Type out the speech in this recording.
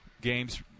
games